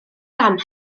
fam